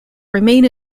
remain